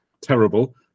terrible